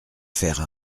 faire